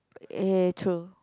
eh true